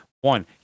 one